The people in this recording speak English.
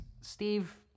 Steve